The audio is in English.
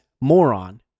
moron